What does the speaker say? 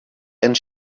and